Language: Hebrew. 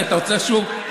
כי אתה רוצה שוב,